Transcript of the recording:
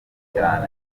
cyane